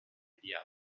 idea